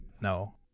no